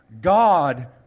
God